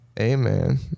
Amen